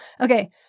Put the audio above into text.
Okay